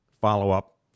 follow-up